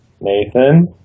Nathan